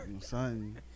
Son